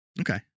Okay